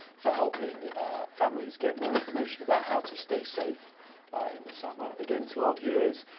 for helping families get more information about how to stay safe in the summer. again to our viewers,